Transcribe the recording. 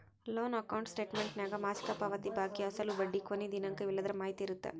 loan account ಸ್ಟೇಟಮೆಂಟ್ನ್ಯಾಗ ಮಾಸಿಕ ಪಾವತಿ ಬಾಕಿ ಅಸಲು ಬಡ್ಡಿ ಕೊನಿ ದಿನಾಂಕ ಇವೆಲ್ಲದರ ಮಾಹಿತಿ ಇರತ್ತ